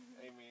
Amen